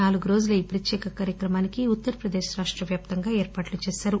నాలుగు రోజుల ఈ ప్రత్యేక కార్యక్రమానికి ఉత్తర్పదేశ్ రాష్టవ్యాప్తంగా ఏర్పాట్లు చేశారు